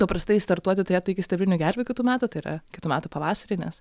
paprastai startuoti turėtų iki sidabrinių gervių kitų metų tai yra kitų metų pavasarį nes